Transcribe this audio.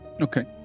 okay